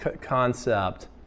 concept